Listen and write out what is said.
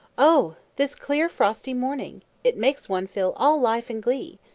oh! this clear frosty morning! it makes one feel all life and glee.